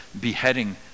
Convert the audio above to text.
beheading